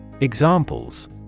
Examples